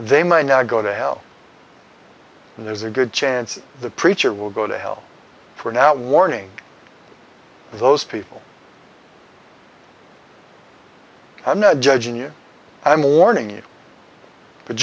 they might now go to hell and there's a good chance the preacher will go to hell for not warning those people i'm not judging you i'm warning